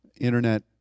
internet